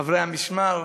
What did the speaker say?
חברי המשמר,